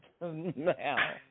now